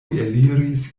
eliris